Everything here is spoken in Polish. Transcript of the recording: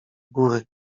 góry